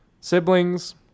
siblings